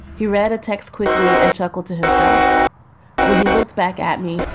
he read a text quickly and chuckled to himself when he looked back at me.